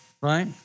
Right